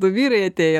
du vyrai atėjo